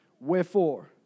Wherefore